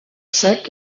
secs